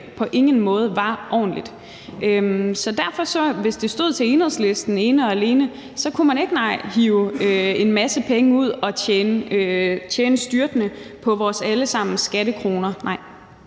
på ingen måde var ordentligt. Så derfor: Hvis det stod til Enhedslisten ene og alene, nej, så kunne man ikke hive en masse penge ud og tjene styrtende på vores alle sammens skattekroner.